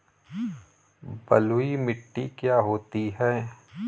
बलुइ मिट्टी क्या होती हैं?